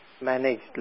managed